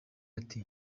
ati